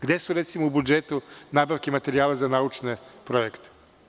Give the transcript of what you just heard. Gde su recimo u budžetu nabavke materijala za naučne projekte.